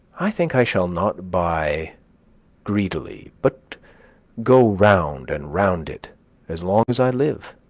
i think i shall not buy greedily, but go round and round it as long as i live,